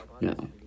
no